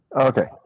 Okay